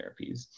therapies